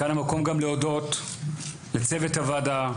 כאן המקום גם להודות לצוות הוועדה,